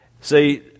See